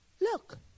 Look